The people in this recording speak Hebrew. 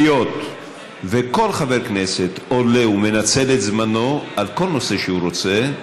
היות שכל חבר כנסת עולה ומנצל את זמנו על כל נושא שהוא רוצה,